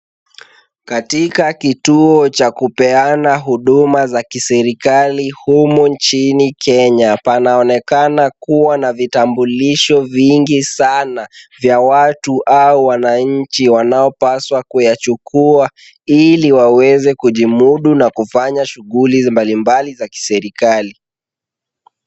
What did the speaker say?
Katika kituo cha kupeana huduma za kiserikali humu nchini Kenya panaonekana kuwa na vitambulisho vingi sana vya watu au wananchi wanaopaswa kuyachukua, ili waweze kujimudu na kufanya shughuli mbalimbali za kiserikali.